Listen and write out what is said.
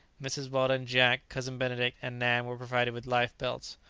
mrs. weldon, jack, cousin benedict, and nan were provided with life belts,